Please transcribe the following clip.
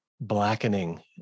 blackening